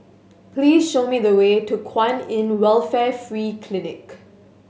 please show me the way to Kwan In Welfare Free Clinic